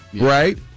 right